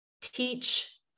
teach